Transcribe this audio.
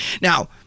Now